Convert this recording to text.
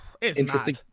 interesting